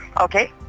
Okay